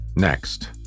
Next